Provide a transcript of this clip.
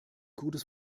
gutes